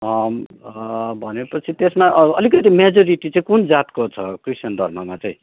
भनेपछि त्यसमा अलिकति मेजोरिटी चाहिँ कुन जातको छ क्रिस्चियन धर्ममा चाहिँ